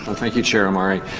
but thank you, chair omari.